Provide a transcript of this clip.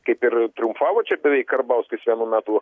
kaip ir triumfavo čia beveik karbauskis vienu metu